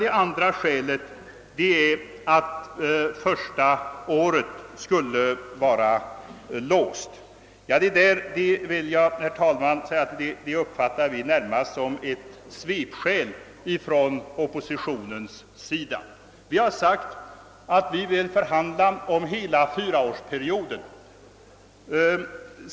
Det andra skälet är att det första året skulle vara låst. Jag uppfattar detta närmast som ett svepskäl från oppositionen. Vi har sagt att vi vill förhandla om hela fyraårsperioden.